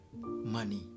money